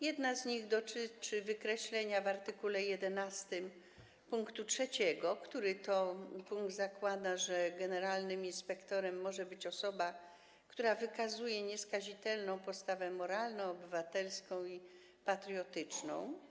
Jedna z nich dotyczy wykreślenia w art. 11 pkt 3, który to punkt zakłada, że generalnym inspektorem może być osoba, która prezentuje nieskazitelną postawę moralną, obywatelską i patriotyczną.